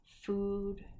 food